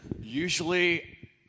Usually